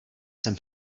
jsem